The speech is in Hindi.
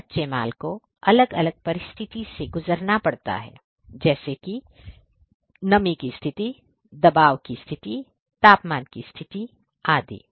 इन कच्चे माल को अलग अलग परिस्थिति से गुजारना पड़ता हैं जैसे कुछ नमी की स्थिति दबाव की स्थिति तापमान की स्थिति आदि